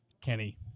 Kenny